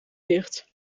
dicht